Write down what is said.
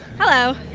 hello!